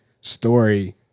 story